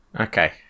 Okay